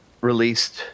released